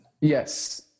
yes